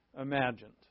imagined